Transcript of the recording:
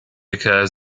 occurs